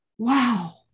Wow